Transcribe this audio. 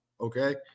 okay